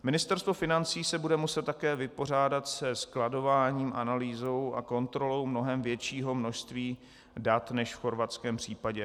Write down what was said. Ministerstvo financí se bude muset také vypořádat se skladováním, analýzou a kontrolou mnohem většího množství dat než v chorvatském případě.